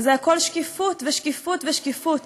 וזה הכול שקיפות ושקיפות ושקיפות.